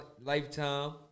lifetime